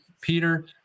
Peter